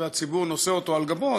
והציבור נושא אותו על גבו,